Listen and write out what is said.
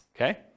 okay